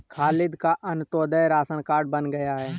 खालिद का Antyodaya ration card बन गया है